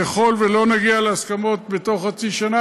ככל שלא נגיע להסכמות בתוך חצי שנה,